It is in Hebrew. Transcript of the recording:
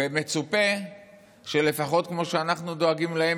ומצופה שלפחות כמו שאנחנו דואגים להם,